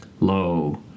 Lo